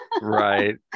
right